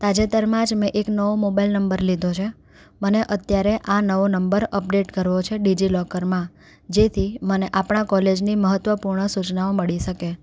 તાજેતરમાં જ મેં એક નવો મોબાઈલ નંબર લીધો છે મને અત્યારે આ નવો નંબર અપડેટ કરવો છે ડિજિલોકરમાં જેથી મને આપણાં કોલેજની મહત્વપૂર્ણ સૂચનાઓ મળી શકે